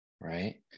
right